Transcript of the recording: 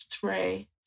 three